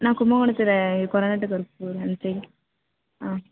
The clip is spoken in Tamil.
நான் கும்பகோணத்தில் கொரநாட்டு கருப்பூர் அந்த சைடு